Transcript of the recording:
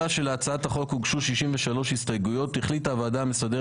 הכל יחסי, תלוי באיזה סולם.